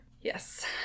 Yes